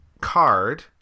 card